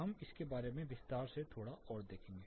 हम इसके बारे में विस्तार से थोड़ा और देखेंगे